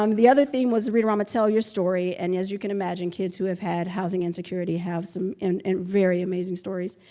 um the other theme was read-a-rama tell your story. and as you can imagine kids who have had housing insecurity have some and and very amazing stories.